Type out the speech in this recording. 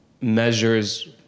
measures